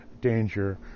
danger